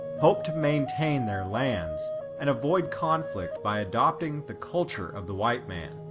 hoped to maintain their lands and avoid conflict by adopting the culture of the white man.